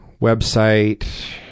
website